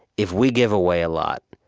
if we give away a lot,